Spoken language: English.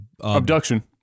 abduction